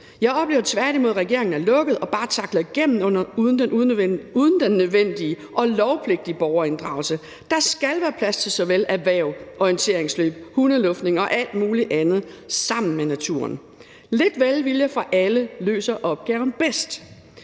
Jeg oplever tværtimod, at regeringen er lukket og bare tackler igennem uden den nødvendige og lovpligtige borgerinddragelse. Der skal være plads til såvel erhverv, orienteringsløb, hundeluftning og alt muligt andet i samspil med naturen. Lidt velvilje fra alle løser opgaven bedst.